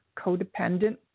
codependent